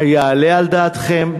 היעלה על דעתכם?